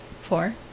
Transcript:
Four